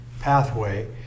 pathway